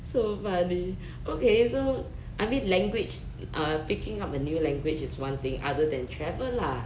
so funny okay so I mean language uh picking up a new language is one thing other than travel lah